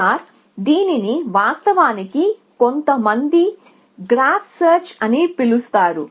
A దీనిని వాస్తవానికి కొంతమంది గ్రాఫ్ సెర్చ్ అని పిలుస్తారు